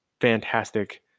fantastic